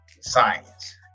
science